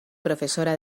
profesora